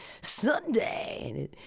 Sunday